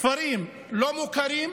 כפרים לא מוכרים,